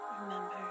Remember